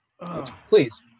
Please